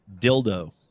dildo